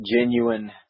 genuine